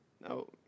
No